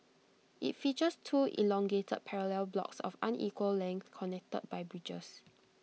IT features two elongated parallel blocks of unequal length connected by bridges